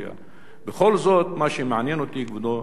בכל זאת, כבודו, מה שמעניין אותי בנושא הזה,